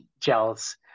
gels